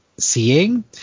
seeing